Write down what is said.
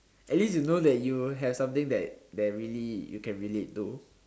at least you know that you have something that that really you can relate to